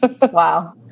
Wow